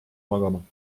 magama